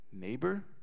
neighbor